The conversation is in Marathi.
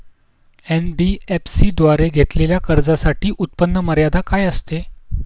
एन.बी.एफ.सी द्वारे घेतलेल्या कर्जासाठी उत्पन्न मर्यादा काय असते?